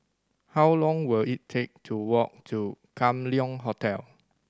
how long will it take to walk to Kam Leng Hotel